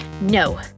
No